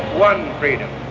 one freedom,